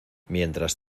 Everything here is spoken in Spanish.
mientras